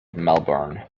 melbourne